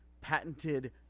patented